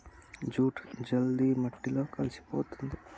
jute జల్ది మట్టిలో కలిసిపోతుంది